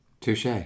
Touche